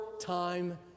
time